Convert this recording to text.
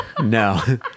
no